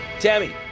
Tammy